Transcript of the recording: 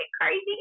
crazy